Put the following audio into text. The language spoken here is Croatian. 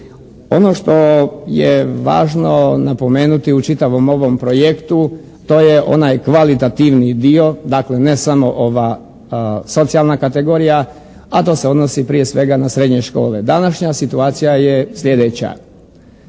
Ono što je važno napomenuti u čitavom ovom projektu to je onaj kvalitativni dio. Dakle, ne samo ova socijalna kategorija, a to se odnosi prije svega na srednje škole. Današnja situacija je slijedeća.